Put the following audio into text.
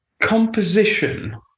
composition